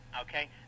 okay